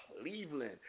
Cleveland